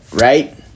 right